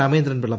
Ramachandran Pillai